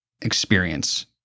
experience